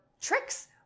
tricks